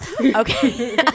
okay